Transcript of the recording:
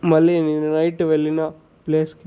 మళ్లీ నిన్న నైట్ వెళ్ళినా ప్లేస్కి